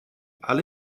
alle